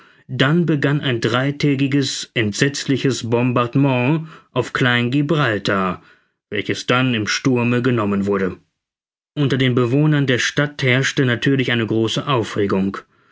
dann begann ein dreitägiges entsetzliches bombardement auf kleingibraltar welches dann im sturme genommen wurde unter den bewohnern der stadt herrschte natürlich eine große aufregung